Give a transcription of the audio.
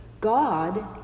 God